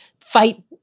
fight